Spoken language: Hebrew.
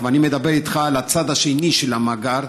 ואני מדבר איתך על הצד השני של המאגר,